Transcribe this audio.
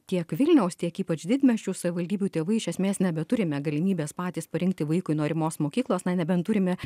tiek vilniaus tiek ypač didmiesčių savivaldybių tėvai iš esmės nebeturime galimybės patys parinkti vaikui norimos mokyklos na nebent turime